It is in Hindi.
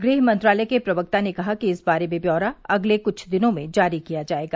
गृह मंत्रालय के प्रवक्ता ने कहा कि इस बारे में ब्यौरा अगले कुछ दिनों में जारी किया जाएगा